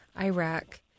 Iraq